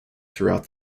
throughout